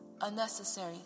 unnecessary